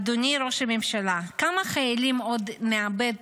אדוני ראש הממשלה, כמה חיילים עוד נאבד